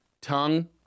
tongue